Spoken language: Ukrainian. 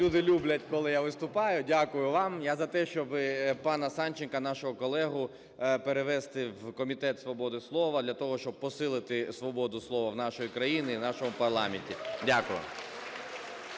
люди люблять, коли я виступаю, дякую вам. Я за те, щоб пана Санченка, нашого колегу, перевести в Комітет свободи слова для того, щоб посилити свободу слова в нашій країні і у нашому парламенті. Дякую.